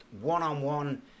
one-on-one